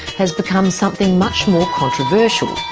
has become something much more controversial.